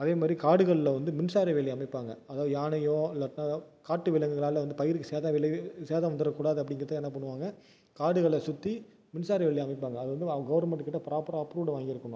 அதே மாதிரி காடுகளில் வந்து மின்சாரவேலி அமைப்பாங்க அதாவது யானையோ இல்லைட்னா காட்டு விலங்குகளால் வந்து பயிருக்குது சேத விளைவு சேதம் வந்துடக்கூடாது அப்படிங்கிறதுக்காக என்ன பண்ணுவாங்க காடுகளை சுற்றி மின்சாரவேலி அமைப்பாங்கள் அது வந்து அவங்க கவர்மெண்ட்டுக்கிட்ட ப்ராப்பரா அப்ரூடு வாங்கிருக்கணும்